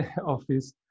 office